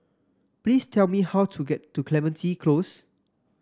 please tell me how to get to Clementi Close